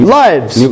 lives